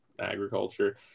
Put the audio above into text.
agriculture